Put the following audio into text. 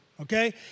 okay